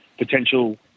potential